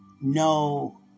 No